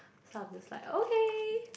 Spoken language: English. so I'm just like okay